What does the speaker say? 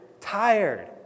tired